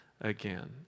again